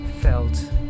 felt